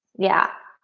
yeah,